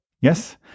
Yes